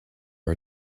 are